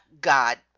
God